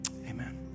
Amen